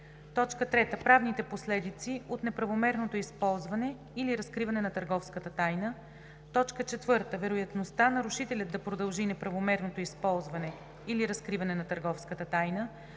тайна; 3. правните последици от неправомерното използване или разкриване на търговската тайна; 4. вероятността нарушителят да продължи неправомерното използване или разкриване на търговската тайна;